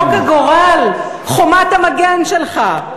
צחוק הגורל, חומת המגן שלך,